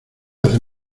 hacen